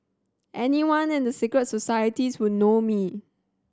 anyone in the secret societies would know me